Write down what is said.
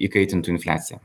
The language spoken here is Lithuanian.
įkaitintų infliaciją